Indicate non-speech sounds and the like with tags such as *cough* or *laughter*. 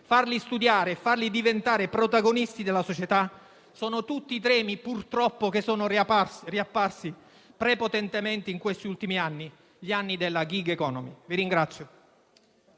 farli studiare e diventare protagonisti della società sono tutti temi che, purtroppo, sono riapparsi prepotentemente negli ultimi anni, gli anni della *gig economy*. *applause*